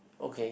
okay